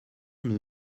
nous